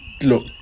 Look